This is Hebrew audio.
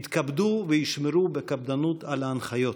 יתכבדו וישמרו בקפדנות על ההנחיות.